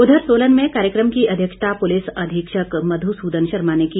उधर सोलन में कार्यक्रम की अध्यक्षता पुलिस अधीक्षक मधु सूदन शर्मा ने की